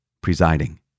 presiding